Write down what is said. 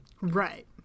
Right